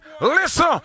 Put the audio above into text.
listen